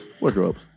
Wardrobes